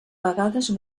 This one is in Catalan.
vegades